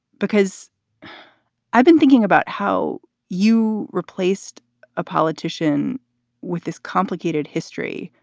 because i've been thinking about how you replaced a politician with this complicated history,